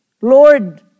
Lord